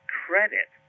credit